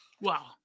wow